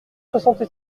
soixante